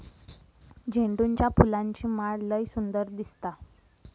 झेंडूच्या फुलांची माळ लय सुंदर दिसता